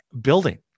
building